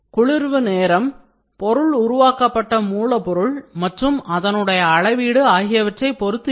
குளிர்வு நேரம் பொருள் உருவாக்கப்பட்ட மூலப்பொருள் மற்றும் அதனுடைய அளவீடு ஆகியவற்றை பொறுத்து இருக்கும்